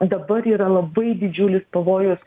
dabar yra labai didžiulis pavojus